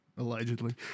allegedly